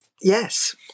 Yes